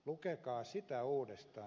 lukekaa sitä uudestaan